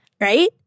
right